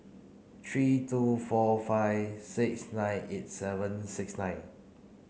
three two four five six nine eight seven six nine